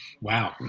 Wow